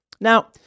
Now